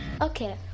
Okay